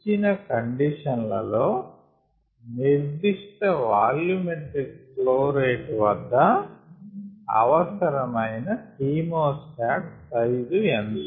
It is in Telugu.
ఇచ్చిన కండిషన్ లలో నిర్దిష్ట వాల్యూమెట్రిక్ ఫ్లో రేట్ వద్ద అవసరమయిన ఖీమో స్టాట్ సైజు ఎంత